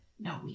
No